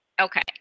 okay